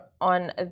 on